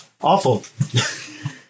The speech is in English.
awful